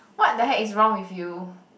what the heck is wrong with you